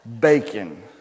Bacon